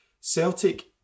Celtic